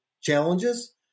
challenges